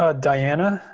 ah diana.